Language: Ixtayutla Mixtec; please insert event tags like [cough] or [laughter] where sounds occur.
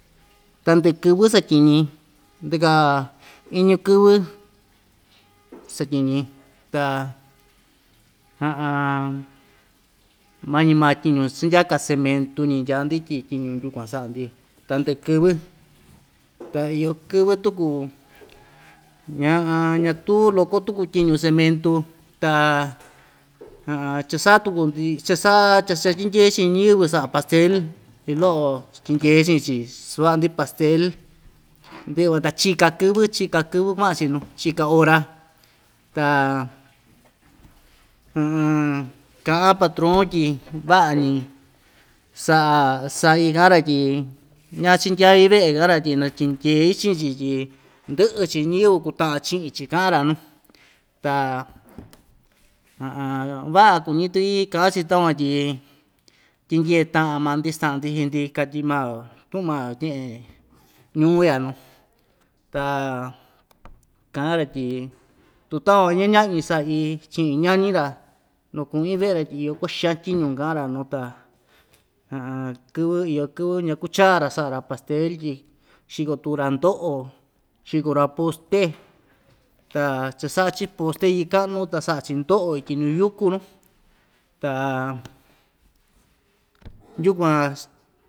Tandɨ'ɨ kɨvɨ satyiñi ndɨka iñu kɨvɨ satyiñi ta [hesitation] mañi ma tyiñu chindyaka cementu‑ñi ndyaa‑ndi tyi tyiñu ndyukuan sa'a‑ndi tandɨ'ɨ kɨvɨ ta iyo kɨvɨ tuku [hesitation] ñatu loko tuku tyiñu cementu ta [hesitation] cha‑sa'a tuku‑ndi cha‑sa'a [unintelligible] chatyindyei chii ñɨvɨ sa'a pastel ilo'o tyindyei chi'in‑chi suva'a‑ndi pastel ndɨ'ɨ van ta chika kɨvɨ chika kɨvɨ kua'an‑chi nu chika ora ta [hesitation] ka'an patron tyi va'a‑ñi sa'a sa'i ka'an‑ra tyi ñachindyai ve'e ka'an‑ra tyi natyindyei chi'in‑chi tyi ndɨ'ɨ‑chi ñɨvɨ kuta'an chi'in‑chi ka'an‑ra nu ta [hesitation] va'a kuñi tuki ka'an‑chi takuan tyi tyindyee ta'an maa‑ndi sta'an‑ndi chi'i‑ndi katyi mao tu'un mao tye'en ñuu ya nu ta ka'an‑ra tyi tu takuan ña ña'ñi sa'i chi'in ñañi ta nuku'in ve'e‑ra tyi iyo kua'a xan tyiñu ka'an‑ra nuu ta [hesitation] kɨvɨ iyo kɨvɨ ñakuchaa‑ra sa'a‑ra pastel tyi xiko tuku‑ra ndo'o xiko‑ra poste ta cha‑sa'a‑chi poste yɨ ka'nu ta sa'a‑chi ndo'o ityi nuyuku nu ta yukuan.